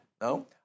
No